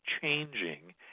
changing